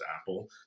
Apple